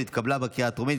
אף היא התקבלה בקריאה הטרומית,